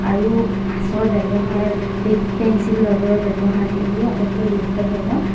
আৰু আঁচৰ ব্যৱহাৰ পেঞ্চিল ৰবৰৰ ব্যৱহাৰ সেইবোৰ আটাইতকৈ গুৰুত্বপূৰ্ণ